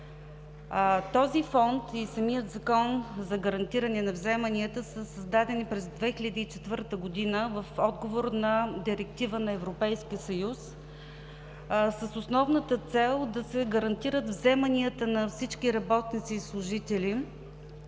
Фондът и самият Закон за гарантиране на вземанията са създадени през 2004 г. в отговор на Директива на Европейския съюз с основната цел да се гарантират вземанията на всички работници и служители,